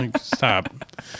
stop